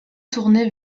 tournée